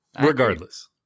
Regardless